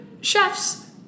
chefs